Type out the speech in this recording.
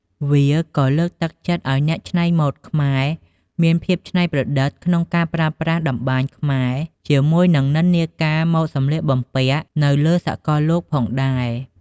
វាក៏លើកទឹកចិត្តឱ្យអ្នកច្នៃម៉ូដខ្មែរមានភាពច្នៃប្រឌិតក្នុងការប្រើប្រាស់តម្បាញខ្មែរជាមួយនឹងនិន្នាការម៉ូដសម្លៀកបំពាក់់នៅលើសកលលោកផងដែរ។